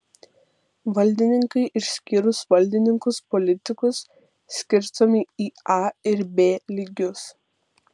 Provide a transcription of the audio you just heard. valdininkai išskyrus valdininkus politikus skirstomi į a ir b lygius